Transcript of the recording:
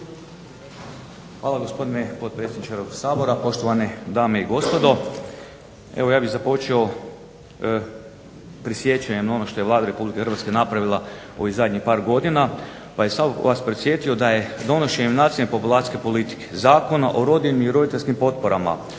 Hvala gospodine potpredsjedniče Hrvatskog sabora, poštovane dame i gospodo. Evo ja bih započeo …/Govornik se ne razumije./…, ono što je Vlada Republike Hrvatske napravila u ovih zadnjih par godina, pa bih svakako vas podsjetio da je donošenjem nacionalne populacijske politike Zakona o rodiljnim i roditeljskim potporama,